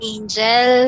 Angel